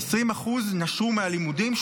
20% נשרו מהלימודים,